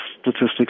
statistics